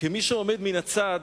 כמי שעומד מן הצד